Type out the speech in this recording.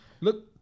Look